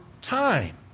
time